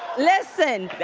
listen!